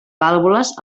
vàlvules